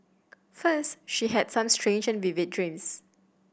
first she had some strange and vivid dreams